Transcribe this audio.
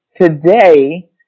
Today